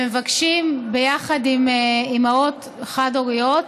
והם מבקשים ביחד עם אימהות חד-הוריות